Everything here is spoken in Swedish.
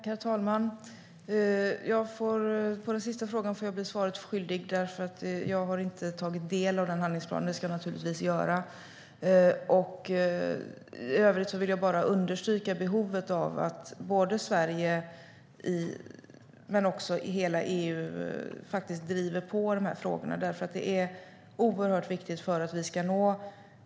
Herr talman! På den sista frågan får jag bli svaret skyldig, då jag inte har tagit del av den handlingsplanen. Men det ska jag naturligtvis göra. I övrigt vill jag understryka behovet av att både Sverige och hela EU driver på i de här frågorna. Det är oerhört viktigt.